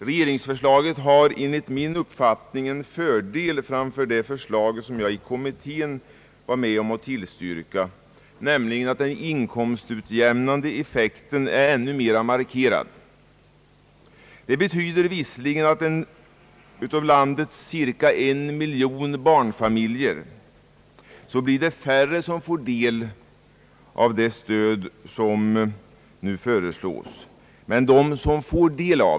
Regeringsförslaget har enligt min uppfattning en fördel framför de förslag, som jag i kommittén var med om att tillstyrka, nämligen att den inkomstutjämnande effekten där är ännu mera markerad. Detta betyder visserligen att ett mindre antal av landets cirka en miljon barnfamiljer får del av det föreslagna stödet.